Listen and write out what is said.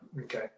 Okay